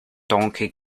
donkey